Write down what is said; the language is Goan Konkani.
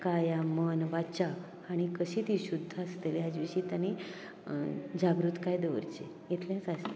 काया मन वाचा आनी कशी ती शुध्द आसतली हाजे विशी तांणी जागृतकाय दवरची इतलेंच आसलें